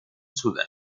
sudan